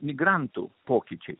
migrantų pokyčiai